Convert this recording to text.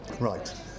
right